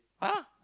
!huh!